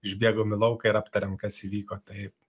išbėgom į lauką ir aptarėm kas įvyko taip